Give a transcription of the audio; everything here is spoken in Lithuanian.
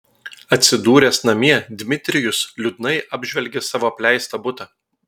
atsidūręs namie dmitrijus liūdnai apžvelgė savo apleistą butą